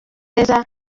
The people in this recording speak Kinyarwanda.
neza